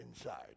inside